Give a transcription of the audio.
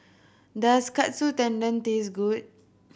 does Katsu Tendon taste good